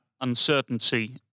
uncertainty